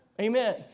Amen